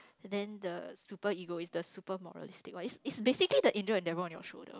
then the super ego is the super moralistic one is is basically the angel and devil on your shoulder